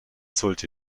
sollte